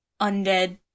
undead